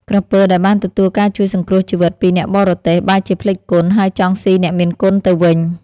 ក្រពើដែលបានទទួលការជួយសង្គ្រោះជីវិតពីអ្នកបរទេះ បែរជាភ្លេចគុណ ហើយចង់ស៊ីអ្នកមានគុណទៅវិញ។